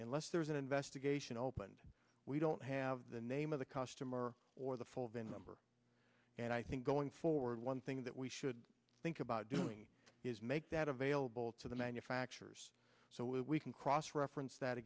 unless there's an investigation opened we don't have the name of the customer or the full vin number and i think going forward one thing that we should think about doing is make that available to the manufacturers so we can cross reference that